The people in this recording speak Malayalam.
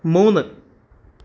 മൂന്ന്